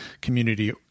community